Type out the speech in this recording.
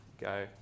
go